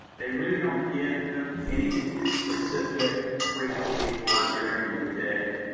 they really don't give ah any specific frequency for during the day.